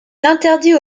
interdit